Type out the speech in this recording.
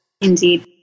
Indeed